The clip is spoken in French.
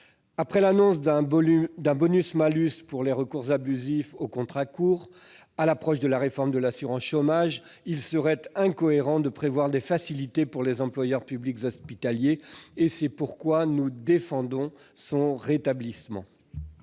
Après l'annonce pour les recours abusifs aux contrats courts, et à l'approche de la réforme de l'assurance chômage, il serait incohérent de prévoir des facilités pour les employeurs publics hospitaliers. C'est la raison pour laquelle nous défendons le rétablissement